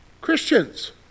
Christians